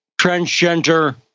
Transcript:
transgender